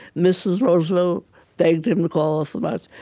mrs. roosevelt begged him to call off the march,